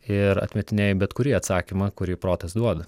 ir atmetinėji bet kurį atsakymą kurį protas duoda